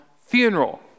funeral